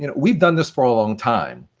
you know we've done this for a long time.